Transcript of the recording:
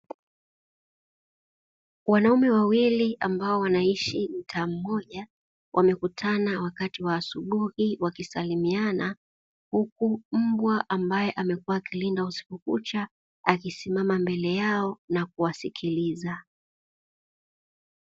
Wanaume wawili ambao wanaishi mtaa mmoja wamekutana wakati wa asubuhi wakisalimiana, huku mbwa ambae amekua akilinda usiku kucha akisimama mbele yao na kuwasikiliza.